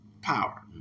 power